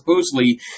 supposedly